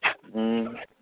હા